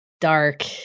Dark